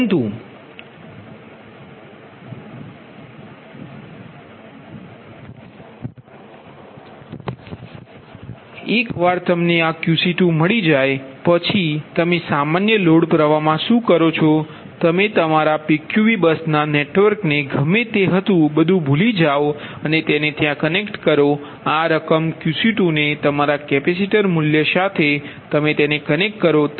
પછી એકવાર તમને આ Qc2 મળી જાય પછી તમે સામાન્ય લોડ પ્રવાહમા શું કરો છો તમે તમારા PQV બસના નેટવર્કને તે ગમે તે હતુ બધુ ભૂલી જાઓ અને તેને ત્યાં કનેક્ટ કરો કે આ રકમ ને તમારા કેપેસિટર મૂલ્ય સાથે તમે તેને કનેક્ટ કરો